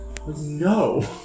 No